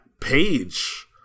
page